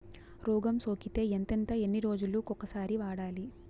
రోగం సోకితే ఎంతెంత ఎన్ని రోజులు కొక సారి వాడాలి?